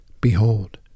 Behold